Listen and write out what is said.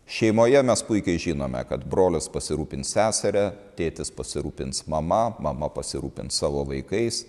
šeimoje mes puikiai žinome kad brolis pasirūpins seseria tėtis pasirūpins mama mama pasirūpins savo vaikais